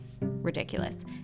ridiculous